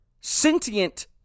sentient